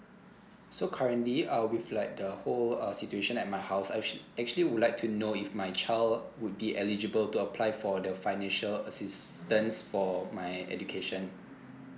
so currently I'll with like the whole uh situation at my house I'd actually actually would like to know if my child would be eligible to apply for the financial assistance for my education